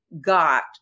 got